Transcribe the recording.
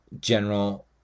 General